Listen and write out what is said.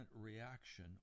reaction